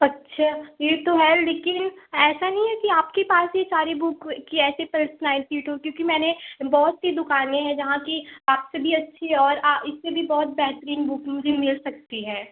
अच्छा ये तो है लेकिन ऐसा नहीं है कि आपके पास ये सारी बुक की ऐसी क्योंकि मैंने बहुत सी दुकानें हैं यहाँ कि आपसे भी अच्छी और इससे भी बहुत बेहतरीन बुक मुझे मिल सकती है